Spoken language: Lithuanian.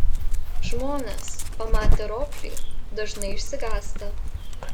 žmonės pamatę roplį dažnai išsigąsta